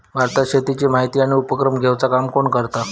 भारतात शेतीची माहिती आणि उपक्रम घेवचा काम कोण करता?